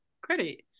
credit